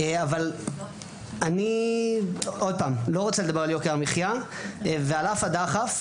אני לא רוצה לדבר על יוקר המחיה על אף הדחף,